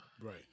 Right